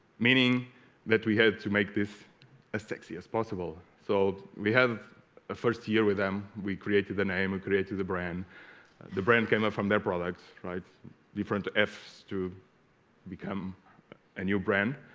meaning that we had to make this as sexy as possible so we have a first year with them we created the name and created the brand the brand came up from their products right different f's to become a new brand